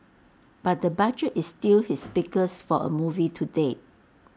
but the budget is still his biggest for A movie to date